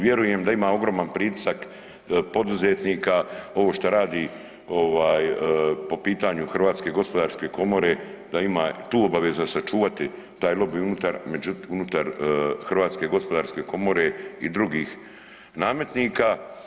Vjerujem da ima ogroman pritisak poduzetnika ovo što radi po pitanju Hrvatske gospodarske komore da ima tu obaveza sačuvati taj lobij unutar Hrvatske gospodarske komore i drugih nametnika.